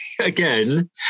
again